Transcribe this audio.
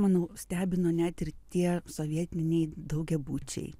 manau stebino net ir tie sovietiniai daugiabučiai